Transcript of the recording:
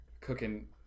cooking